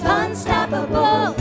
unstoppable